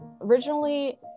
originally